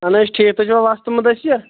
اَہَن حظ ٹھیٖک تُہۍ چھُوا وۄستہٕ مُدثر